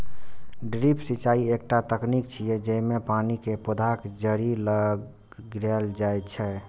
drip सिंचाइ एकटा तकनीक छियै, जेइमे पानि कें पौधाक जड़ि लग गिरायल जाइ छै